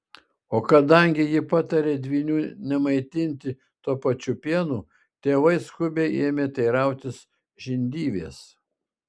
o kadangi ji patarė dvynių nemaitinti tuo pačiu pienu tėvai skubiai ėmė teirautis žindyvės